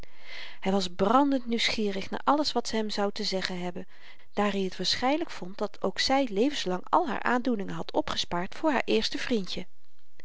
hy was brandend nieuwsgierig naar alles wat ze hem zou te zeggen hebben daar i t waarschynlyk vond dat ook zy levenslang al haar aandoeningen had opgespaard voor haar eerste vrindje